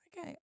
okay